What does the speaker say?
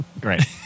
great